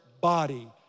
body